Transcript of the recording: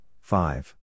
five